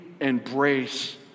Embrace